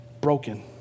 broken